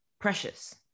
precious